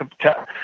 tell